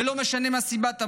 ולא משנה מה סיבת המוות.